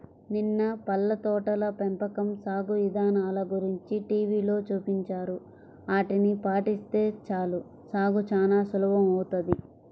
నిన్న పళ్ళ తోటల పెంపకం సాగు ఇదానల గురించి టీవీలో చూపించారు, ఆటిని పాటిస్తే చాలు సాగు చానా సులభమౌతది